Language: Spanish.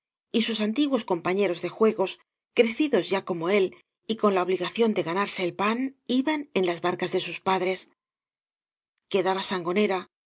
y gus antiguos compañeros de juegos crecidos ya como él y con la obligación de ganarse el pan iban en las barcas de sus padres quedaba sangonera